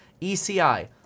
ECI